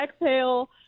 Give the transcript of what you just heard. exhale